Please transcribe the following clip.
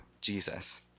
Jesus